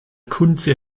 kunze